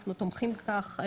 אנחנו תומכים בכך.